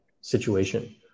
situation